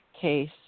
case